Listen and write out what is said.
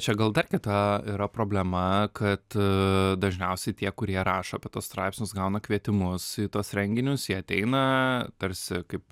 čia gal dar kita yra problema kad dažniausiai tie kurie rašo apie tuos straipsnius gauna kvietimus į tuos renginius jie ateina tarsi kaip